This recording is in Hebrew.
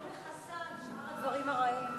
אבל היא לא מכסה על שאר הדברים הרעים.